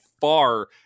far